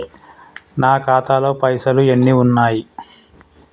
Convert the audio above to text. నా ఖాతాలో పైసలు ఎన్ని ఉన్నాయి?